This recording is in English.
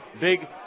big